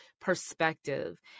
perspective